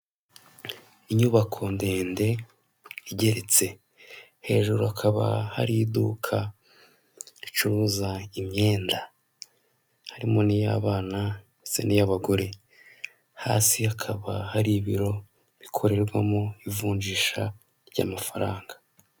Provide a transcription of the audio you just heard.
Inyubako ndende igeretse hejuru hakaba hari iduka ricuruza imyenda harimo n'iyabana ndetse n'iyabagore hasi hakaba hari ibiro bikorerwamo ivunjisha ry'amafaranga .